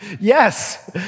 Yes